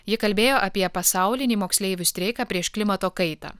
ji kalbėjo apie pasaulinį moksleivių streiką prieš klimato kaitą